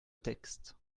texte